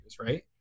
right